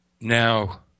Now